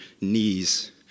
knees